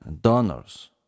donors